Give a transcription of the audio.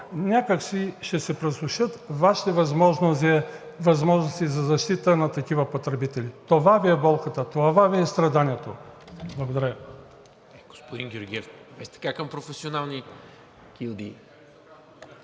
някак си ще се пресушат вашите възможности за защита на такива потребители. Това Ви е болката, това Ви е страданието. Благодаря